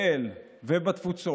שלושה בתי חולים בנצרת,